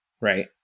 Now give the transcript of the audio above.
right